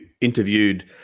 interviewed